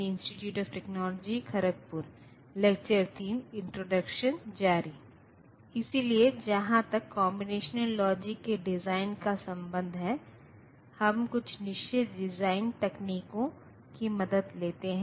इसलिए जहां तक कॉम्बिनेशन लॉजिक के डिजाइन का संबंध है हम कुछ निश्चित डिजाइन तकनीकों की मदद लेते हैं